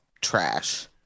trash